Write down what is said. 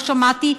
לא שמעתי,